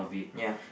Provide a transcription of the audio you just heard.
ya